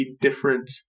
different